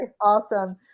Awesome